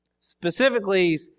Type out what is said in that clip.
Specifically